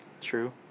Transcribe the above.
True